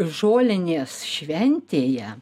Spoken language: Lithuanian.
žolinės šventėje